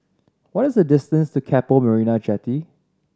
what is the distance to Keppel Marina Jetty